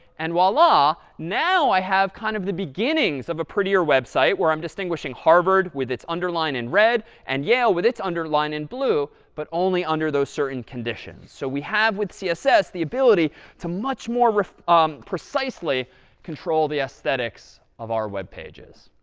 and voila, now i have kind of the beginnings of a prettier website where i'm distinguishing harvard with its underline in red and yale with its underline in blue, but only under those certain conditions. so we have with css the ability to much more um precisely control the aesthetics of our web pages.